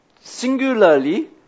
singularly